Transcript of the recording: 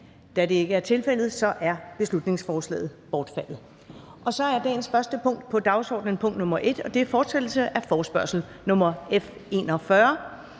Da det ikke er tilfældet, er beslutningsforslaget bortfaldet. --- Det første punkt på dagsordenen er: 1) Fortsættelse af forespørgsel nr. F 41